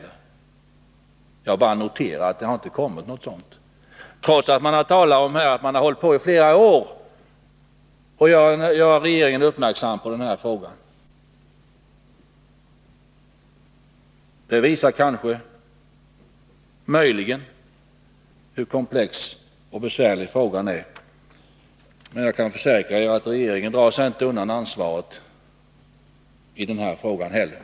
Jag har bara noterat att det inte har kommit något sådant förslag, trots att man talat om att man i flera år försökt att göra regeringen uppmärksam på denna fråga. Det visar möjligen hur komplex och besvärlig frågan är. Men jag kan försäkra er att regeringen inte i den här frågan heller drar sig undan ansvaret.